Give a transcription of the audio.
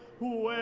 who